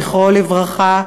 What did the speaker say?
זכרו לברכה,